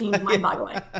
mind-boggling